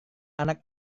anak